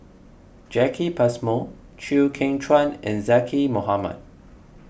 Jacki Passmore Chew Kheng Chuan and Zaqy Mohamad